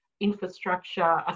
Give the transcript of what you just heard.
infrastructure